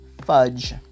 Fudge